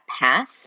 path